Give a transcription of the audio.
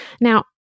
Now